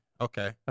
Okay